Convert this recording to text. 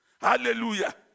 Hallelujah